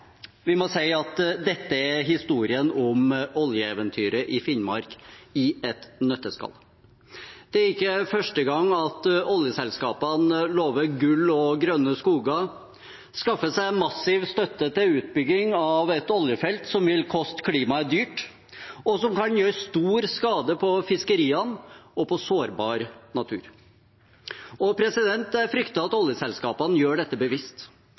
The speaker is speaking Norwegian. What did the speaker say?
Vi må si at dette er historien om oljeeventyret i Finnmark i et nøtteskall. Det er ikke første gang oljeselskapene lover gull og grønne skoger, skaffer seg massiv støtte til utbygging av et oljefelt som vil koste klimaet dyrt, og som kan gjøre stor skade på fiskeriene og på sårbar natur. Jeg frykter at oljeselskapene gjør det bevisst.